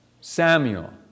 Samuel